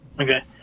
Okay